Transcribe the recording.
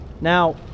Now